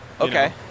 Okay